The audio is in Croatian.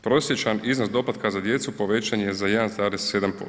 Prosječan iznos doplatka za djecu povećan je za 1,7%